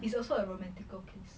it's also a romantical place